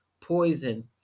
poison